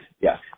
Yes